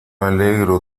alegro